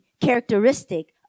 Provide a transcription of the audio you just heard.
characteristic